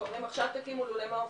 ואומרים עכשיו תקימו לולים חדשים.